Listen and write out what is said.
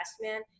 man